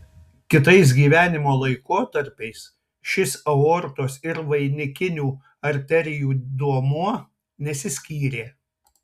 kitais gyvenimo laikotarpiais šis aortos ir vainikinių arterijų duomuo nesiskyrė